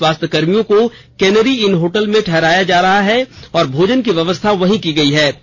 सभी स्वास्थ्यकर्मियों को केनेरी इन होटल में ठहराया जा रहा है और भोजन की व्यवस्था भी वहीं की गई है